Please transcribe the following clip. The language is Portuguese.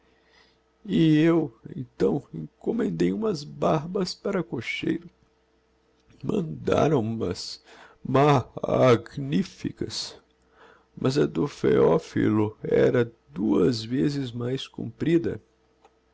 e eu então encommendei umas barbas para cocheiro mandaram mas ma a gnificas mas a do pheophilo era duas vezes mais comprida